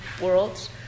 worlds